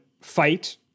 fight